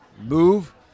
move